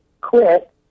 quit